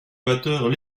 batteur